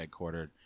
headquartered